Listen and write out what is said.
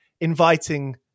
inviting